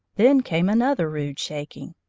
then came another rude shaking,